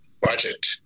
budget